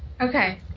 Okay